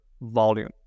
volume